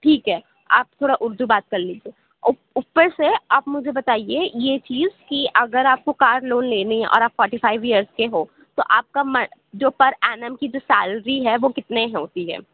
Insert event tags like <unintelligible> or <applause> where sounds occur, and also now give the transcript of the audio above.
ٹھیک ہے آپ تھوڑا اُردو بات کر لیجیے اوپر سے آپ مجھے بتائیے یہ چیز کہ اگر آپ کو کار لون لینی ہے اور آپ فورٹی فائیو ایئرس کے ہو تو آپ کا <unintelligible> جو پر اینم کی جو سیلری ہے تو وہ کتنے ہوتی ہے